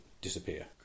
disappear